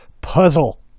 puzzle